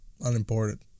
unimportant